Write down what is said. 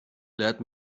let